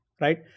right